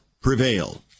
prevail